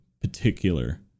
Particular